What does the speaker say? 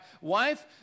wife